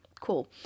cool